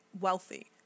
wealthy